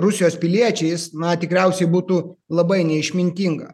rusijos piliečiais na tikriausiai būtų labai neišmintinga